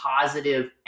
positive